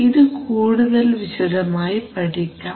ഇത് കൂടുതൽ വിശദമായി പഠിക്കാം